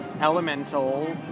Elemental